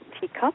teacup